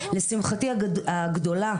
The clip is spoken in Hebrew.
לשמחתי הגדולה,